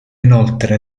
inoltre